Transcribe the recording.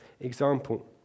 example